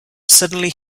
suddenly